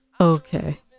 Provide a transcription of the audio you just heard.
Okay